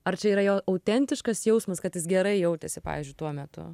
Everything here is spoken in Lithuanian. ar čia yra jo autentiškas jausmas kad jis gerai jautėsi pavyzdžiui tuo metu